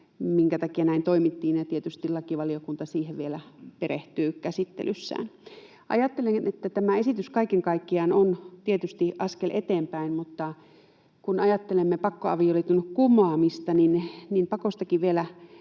minkä takia näin toimittiin, ja tietysti lakivaliokunta siihen vielä perehtyy käsittelyssään. Ajattelin, että tämä esitys kaiken kaikkiaan on tietysti askel eteenpäin, mutta kun ajattelemme pakkoavioliiton kumoamista, niin pakostakin vielä